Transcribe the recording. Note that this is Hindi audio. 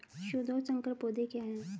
शुद्ध और संकर पौधे क्या हैं?